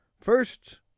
First